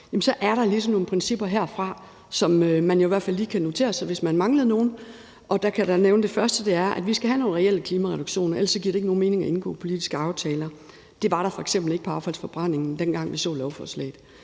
ligesom nogle principper herfra, som man jo i hvert fald lige kan notere sig, hvis man manglede nogen. Der kan jeg da nævne, at det første er, at vi skal have reelle klimareduktioner. Ellers giver det ikke nogen mening at indgå politiske aftaler. Det var der f.eks. ikke på affaldsforbrændingen, dengang vi så lovforslaget.